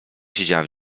siedziałem